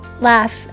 laugh